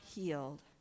healed